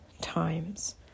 times